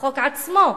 החוק עצמו,